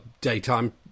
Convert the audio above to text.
daytime